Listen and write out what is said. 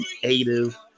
creative